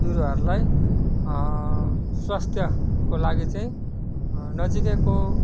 बिरुवाहरलाई स्वास्थ्यको लागि चाहिँ नजिकैको